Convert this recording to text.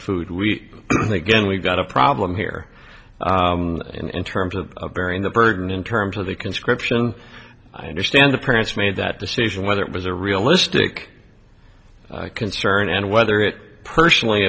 food we again we've got a problem here in terms of bearing the burden in terms of the conscription i understand the parents made that decision whether it was a realistic concern and whether it personally